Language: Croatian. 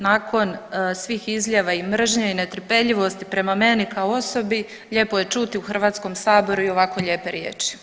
Nakon svih izljeva i mržnje i netrpeljivosti prema meni kao osobi lijepo je čuti u Hrvatskom saboru i ovako lijepe riječi.